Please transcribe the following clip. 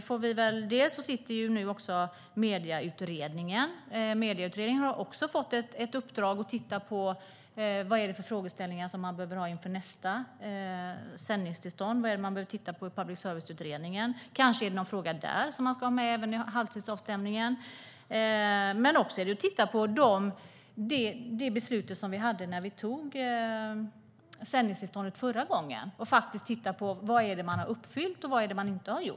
Just nu pågår Medieutredningen. Den har också fått i uppdrag att se över vilka frågeställningar som man behöver ha inför nästa sändningstillstånd. Vad behöver man titta på i Public service-utredningen? Kanske är det någon fråga där som man ska ha med även i halvtidsavstämningen. När det gäller det beslut som fattades i samband med sändningstillståndet förra gången kan man titta på vad som har uppnåtts och inte uppnåtts.